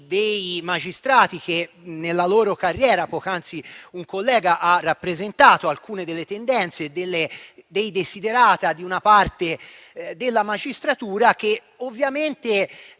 magistrati nella loro carriera. Poc'anzi un collega ha rappresentato alcune delle tendenze e dei *desiderata* di una parte della magistratura che -